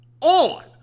on